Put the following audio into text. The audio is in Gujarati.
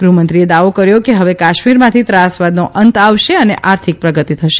ગૃહમંત્રીએ દાવો કર્યો કે હવે કાશ્મીરમાંથી ત્રાસવાદનો અંત આવશે અને આર્થિક પ્રગતિ થશે